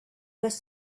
was